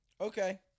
Okay